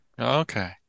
Okay